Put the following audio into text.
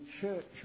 church